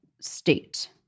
state